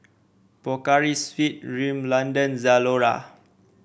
Pocari Sweat Rimmel London Zalora